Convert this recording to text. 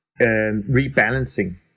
rebalancing